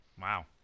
Wow